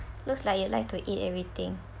looks like you like to eat everything